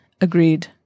Agreed